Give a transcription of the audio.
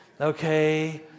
okay